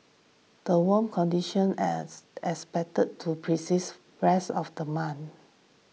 the warm conditions as as expected to persist rest of the month